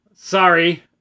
Sorry